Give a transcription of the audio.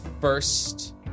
first